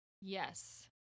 Yes